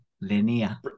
linear